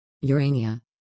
Urania